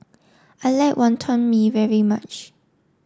I like Wonton Mee very much